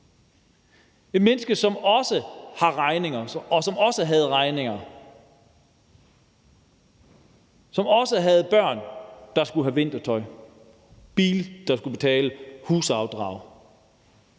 erhvervsdrivende, som også havde regninger, og som også havde børn, der skulle have vintertøj, en bil, der skulle betales, og husafdrag.